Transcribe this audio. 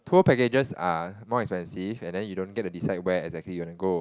tour packages are more expensive and then you don't get to decide where exactly you want to go